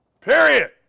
Period